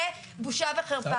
זה בושה וחרפה,